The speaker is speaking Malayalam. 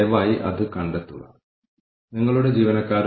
അതിനാൽ ഇത് മികച്ച പരിശീലന സ്കോർകാർഡാണ്